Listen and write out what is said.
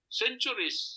centuries